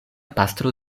pastro